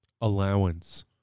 Allowance